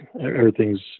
everything's